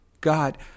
God